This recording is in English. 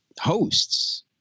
hosts